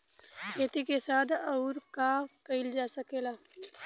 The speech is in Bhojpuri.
खेती के साथ अउर का कइल जा सकेला?